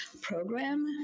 program